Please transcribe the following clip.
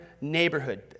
neighborhood